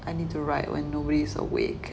I need to write when nobody's awake